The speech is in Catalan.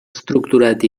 estructurat